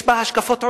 יש בה השקפות עולם.